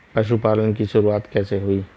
पशुपालन की शुरुआत कैसे हुई?